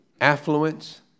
affluence